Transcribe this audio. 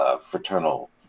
fraternal